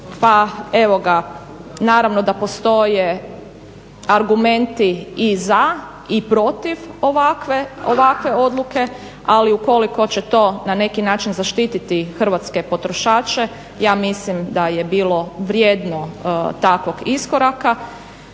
pa evo ga naravno da postoje argumenti i za i protiv ovakve odluke ali ukoliko će to na neki način zaštiti hrvatske potrošače ja mislim da je bilo vrijedno takvog iskoraka